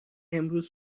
امروز